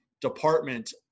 department